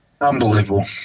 Unbelievable